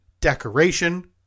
decoration